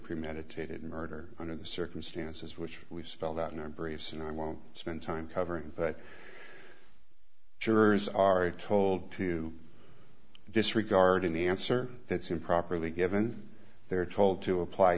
premeditated murder under the circumstances which we spelled out in our braves and i won't spend time covering but jurors are told to disregarding the answer that's improperly given they're told to apply